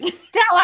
Stella